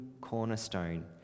cornerstone